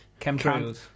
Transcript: Chemtrails